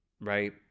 right